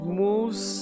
moves